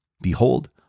behold